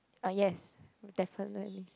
uh yes definitely